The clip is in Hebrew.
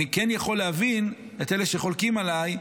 אני כן יכול להבין את אלה שחולקים עליי,